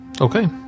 Okay